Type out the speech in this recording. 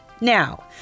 Now